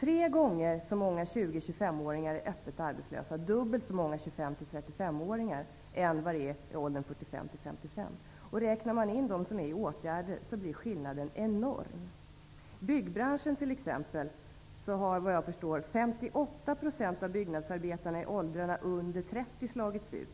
Tre gånger så många 20--25 åringar är öppet arbetslösa och dubbelt så många 25--35-åringar än 45--55-åringar. Räknar man in alla dem i åtgärder blir skillnaden enorm. Inom byggbranschen har slagits ut.